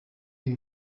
ibi